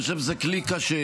אני חושב שזה כלי קשה,